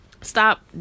stop